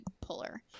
puller